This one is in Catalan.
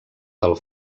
del